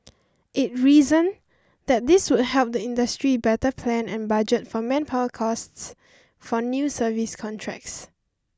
it reasoned that this would help the industry better plan and budget for manpower costs for new service contracts